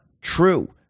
true